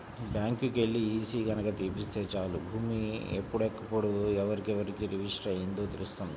బ్యాంకుకెల్లి ఈసీ గనక తీపిత్తే చాలు భూమి ఎప్పుడెప్పుడు ఎవరెవరికి రిజిస్టర్ అయ్యిందో తెలుత్తది